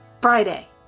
friday